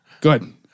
good